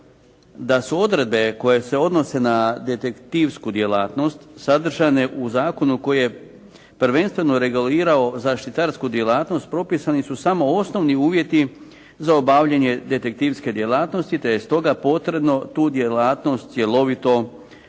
da su odredbe koje se odnose na detektivsku djelatnost sadržane u zakonu koji je prvenstveno regulirao zaštitarsku djelatnost, propisani su samo osnovni uvjeti za obavljanje detektivske djelatnost te je stoga potrebno tu djelatnost cjelovito regulirati